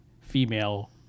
female